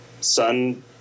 Sun